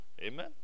Amen